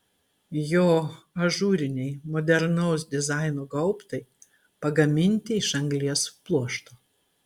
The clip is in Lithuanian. jo ažūriniai modernaus dizaino gaubtai pagaminti iš anglies pluošto